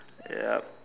yup